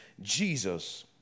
Jesus